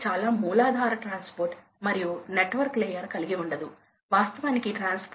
అదేవిధంగా 35 శాతం 40 సమయం ఉంటే 14 తరువాత 31 శాతం 40 సమయం ఉంటే 12